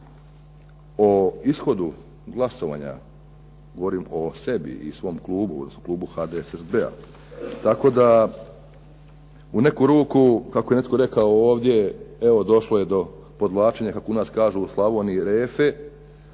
o ishodu glasovanja. Govorim o sebi i svom klubu, klubu HDSSB-a. Tako da u neku ruku, kako je netko rekao ovdje, evo došlo je do podvlačenja, kako u nas kažu u Slavoniji "refe".